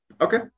okay